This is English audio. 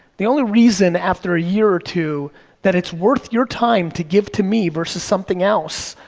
the only reason after a year or two that it's worth your time to give to me versus something else,